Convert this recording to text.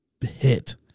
hit